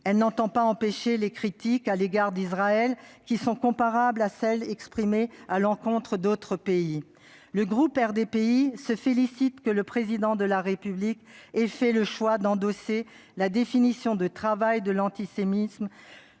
Elle ne vise pas à empêcher les critiques à l'égard d'Israël qui sont comparables à celles exprimées à l'encontre d'autres pays. Le groupe RDPI se félicite que le Président de la République ait fait le choix d'endosser la définition de travail de l'antisémitisme